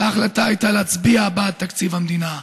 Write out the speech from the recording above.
ההחלטה הייתה להצביע בעד תקציב המדינה.